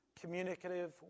communicative